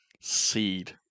Seed